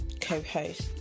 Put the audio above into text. co-host